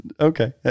Okay